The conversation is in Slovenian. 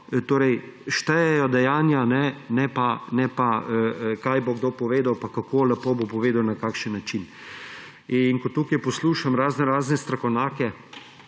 torej štejejo dejanja, ne pa, kaj bo kdo povedal pa kako lepo bo povedal, na kakšen način. In ko tukaj poslušam raznorazne strokovnjake,